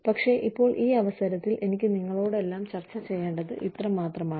പക്ഷേ ഇപ്പോൾ ഈ അവസരത്തിൽ എനിക്ക് നിങ്ങളോടെല്ലാം ചർച്ച ചെയ്യേണ്ടത് ഇത്രമാത്രമാണ്